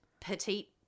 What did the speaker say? petite